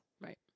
Right